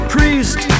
Priest